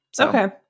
Okay